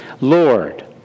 Lord